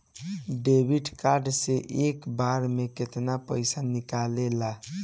Debit card से एक बार मे केतना पैसा निकले ला?